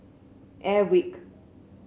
airwick